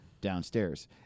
downstairs